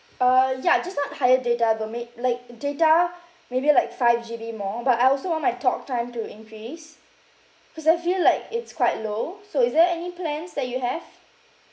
uh ya just not higher data the make like data maybe like five G_B more but I also want my talktime to increase cause I feel like it's quite low so is there any plans that you have